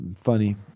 Funny